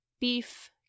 beef